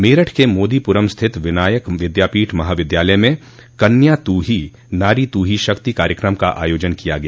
मेरठ के मोदी प्रम् स्थित विनायक विद्यापीठ महाविद्यालय में कन्या तू ही नारी तू ही शक्ति कार्यक्रम का आयोजन किया गया